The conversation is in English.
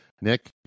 Nick